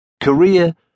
Korea